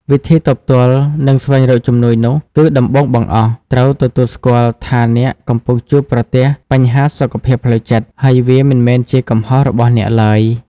វិធីទប់ទល់ និងស្វែងរកជំនួយនោះ គឺដំបូងបង្អស់ ត្រូវទទួលស្គាល់ថាអ្នកកំពុងជួបប្រទះបញ្ហាសុខភាពផ្លូវចិត្ត ហើយវា មិនមែនជាកំហុសរបស់អ្នក ឡើយ។